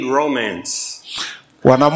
romance